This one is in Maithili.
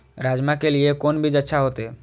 राजमा के लिए कोन बीज अच्छा होते?